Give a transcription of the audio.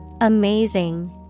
Amazing